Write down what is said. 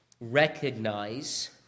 recognize